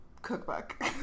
cookbook